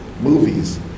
movies